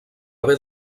haver